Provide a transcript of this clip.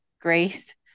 grace